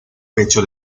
pecho